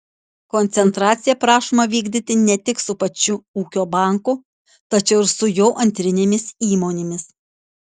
koncentracija prašoma vykdyti ne tik su pačiu ūkio banku tačiau ir su jo antrinėmis įmonėmis